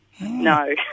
No